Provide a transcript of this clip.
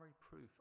proof